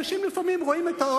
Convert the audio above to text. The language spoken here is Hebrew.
אנשים לפעמים רואים את,